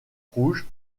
rouges